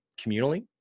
communally